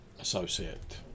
associate